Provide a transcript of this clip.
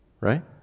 right